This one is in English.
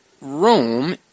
Rome